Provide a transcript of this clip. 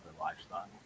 lifestyle